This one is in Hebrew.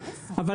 קח את כל הזמן.